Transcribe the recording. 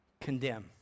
condemn